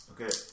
Okay